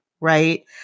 Right